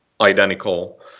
identical